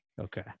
Okay